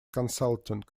consulting